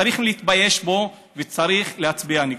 צריך להתבייש בו וצריך להצביע נגדו.